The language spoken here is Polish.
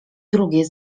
drugie